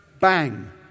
bang